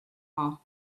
all